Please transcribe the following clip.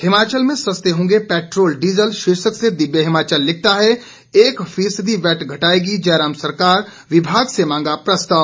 हिमाचल में सस्ते होंगे पैट्रोल डीजल शीर्षक से दिव्य हिमाचल लिखता है एक फीसदी वैट घटाएगी जयराम सरकार विमाग से मांगा प्रस्ताव